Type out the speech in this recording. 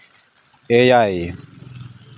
ᱮᱭᱟᱭ